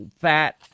fat